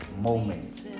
moments